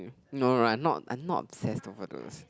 no no no I am not I am not obsessed over those